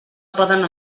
poden